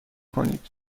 کنید